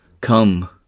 Come